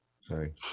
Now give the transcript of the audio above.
Sorry